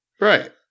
Right